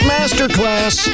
Masterclass